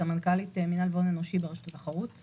סמנכ"לית מינהל והון אנושי ברשות התחרות.